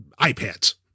iPads